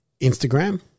Instagram